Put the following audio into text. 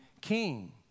king